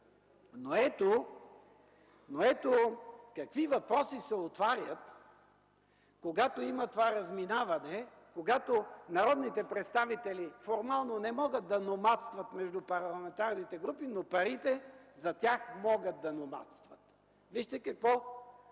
Ето какви въпроси обаче се отварят, когато има това разминаване, когато народните представители формално не могат да номадстват между парламентарните групи, но парите за тях могат да номадстват. Вижте какво